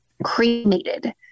cremated